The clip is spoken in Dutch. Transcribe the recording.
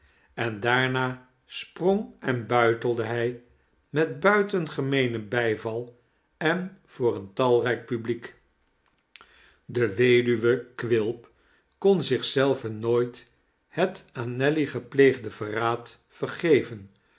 en daarna sprong en buitelde hij met buitengemeenen bijval en voor een talrijk publiek de weduwe quilp kon zich zelve nooit het aan nelly gepleegde verraad vergeven